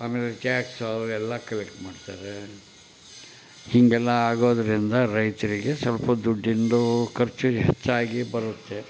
ಆಮೇಲೆ gas stove ಎಲ್ಲ collect ಮಾಡ್ತಾರೆ ಹೀಗೆಲ್ಲ ಆಗೋದರಿಂದ ರೈತರಿಗೆ ಸ್ವಲ್ಪ ದುಡ್ಡಿಂದು ಖರ್ಚು ಹೆಚ್ಚಾಗಿ ಬರುತ್ತೆ